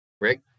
Rick